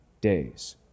days